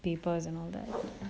papers and all that